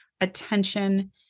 attention